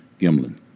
Gimlin